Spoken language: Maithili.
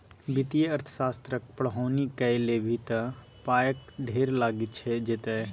वित्तीय अर्थशास्त्रक पढ़ौनी कए लेभी त पायक ढेर लागि जेतौ